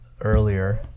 earlier